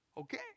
okay